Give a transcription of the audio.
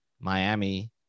Miami